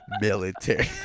Military